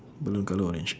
balloon colour orange